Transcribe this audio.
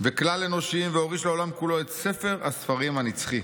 וכלל-אנושיים והוריש לעולם כולו את ספר הספרים הנצחי.